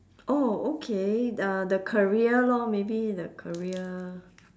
oh okay uh the career lor maybe the career